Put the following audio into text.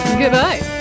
goodbye